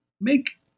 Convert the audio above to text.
make